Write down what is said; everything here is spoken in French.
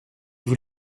vous